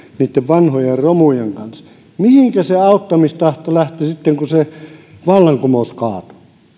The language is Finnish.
niitten vanhojen romujen kanssa mihinkä se auttamistahto lähti sitten kun se vallankumous kaatui